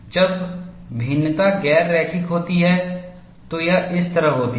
जब भिन्नता गैर रैखिक होती है तो यह इस तरह होती है